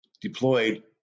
deployed